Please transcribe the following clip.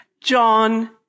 John